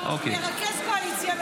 מרכז קואליציה,